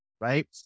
right